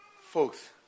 Folks